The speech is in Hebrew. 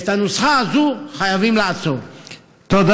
את הנוסחה הזאת חייבים לעצור.